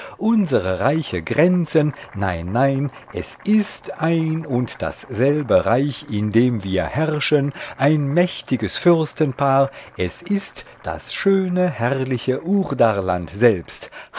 unsere reiche grenzen nein nein es ist ein und dasselbe reich in dem wir herrschen ein mächtiges fürstenpaar es ist das schöne herrliche urdarland selbst